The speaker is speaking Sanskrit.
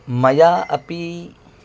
मया अपि